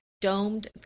domed